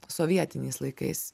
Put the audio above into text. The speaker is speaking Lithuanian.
sovietiniais laikais